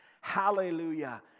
Hallelujah